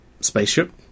spaceship